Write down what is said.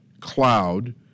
cloud